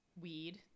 weed